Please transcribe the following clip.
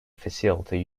facility